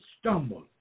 stumbled